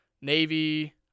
Navy